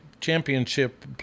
championship